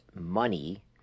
money